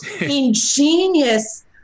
ingenious